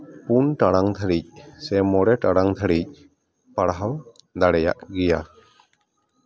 ᱯᱩᱱ ᱴᱟᱲᱟᱝ ᱫᱷᱟᱹᱨᱤᱡ ᱥᱮ ᱢᱚᱬᱮ ᱴᱟᱲᱟᱝ ᱫᱷᱟᱹᱨᱤᱡ ᱯᱟᱲᱦᱟᱣ ᱫᱟᱲᱮᱭᱟᱜ ᱜᱮᱭᱟ